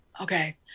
Okay